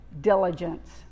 diligence